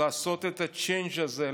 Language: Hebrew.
לעשות את הצ'יינג' הזה,